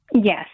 Yes